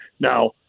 Now